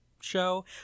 show